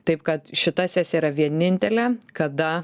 taip kad šita sesija yra vienintelė kada